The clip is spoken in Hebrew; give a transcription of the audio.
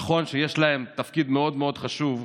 נכון שיש להן תפקיד מאוד מאוד חשוב,